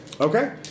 Okay